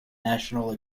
national